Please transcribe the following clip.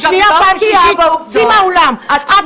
את לא בקיאה בעובדות --- אני קוראת לך לסדר פעם ראשונה,